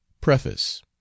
Preface